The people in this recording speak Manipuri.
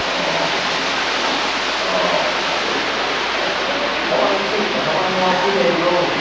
ꯑꯣ ꯑꯣ ꯑꯧ ꯑꯗꯨ ꯍꯋꯥꯏ ꯅꯨꯡꯒꯥꯗꯤ ꯂꯩꯕ꯭ꯔꯣ